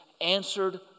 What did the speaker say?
answered